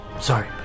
sorry